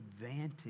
advantage